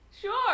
sure